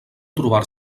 trobar